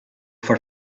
for